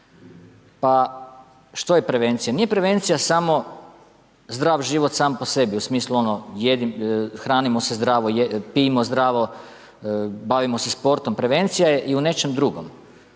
Pa što je prevencija? Nije prevencija samo zdrav život sam po sebi, u smislu ono, hranimo se zajedno, pijmo zdravo, bavimo se sportom, prevencija je i u nečem drugom,